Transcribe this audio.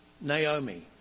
Naomi